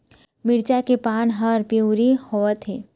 मिरचा के पान हर पिवरी होवथे?